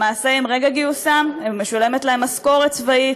למעשה, מרגע גיוסם משולמת להם משכורת צבאית,